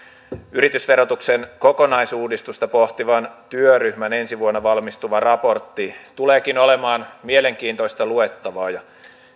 yritysverotuksen kokonaisuudistusta pohtivan työryhmän ensi vuonna valmistuva raportti tuleekin olemaan mielenkiintoista luettavaa